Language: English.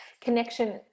Connection